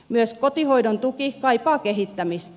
myös kotihoidon tuki kaipaa kehittämistä